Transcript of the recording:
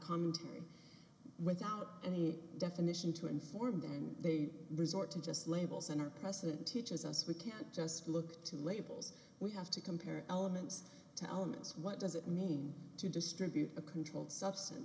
commentary without any definition to informed and they resort to just labels and or precedent teaches us we can't just look to labels we have to compare elements to elements what does it mean to distribute a controlled substance